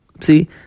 See